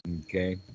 Okay